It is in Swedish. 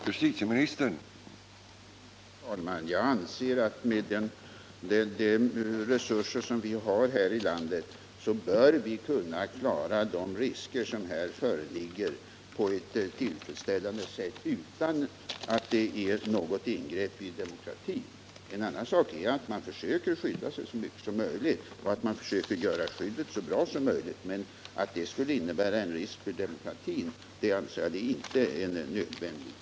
Herr talman! Jag anser att med de resurser som vi har här i landet bör vi kunna klara de risker som här föreligger på ett tillfredsställande sätt utan att det innebär något ingrepp i demokratin. Det är en annan sak att försöka skydda sig så mycket som möjligt och göra skyddet så bra som möjligt. Att det skulle innebära en risk för demokratin anser jag inte är nödvändigt.